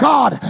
God